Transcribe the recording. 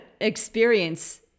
experience